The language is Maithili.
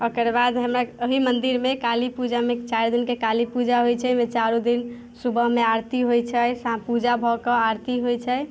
ओकरबाद हमर एहि मन्दिरमे कालीपूजामे चारि दिनके काली पूजा होइ छै ओहि चारू दिन सुबहमे आरती होइ छै साँझ पूजा भऽ कऽ आरती होइ छै